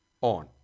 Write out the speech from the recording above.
on